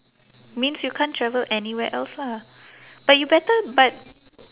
means you can't travel anywhere else lah but you better but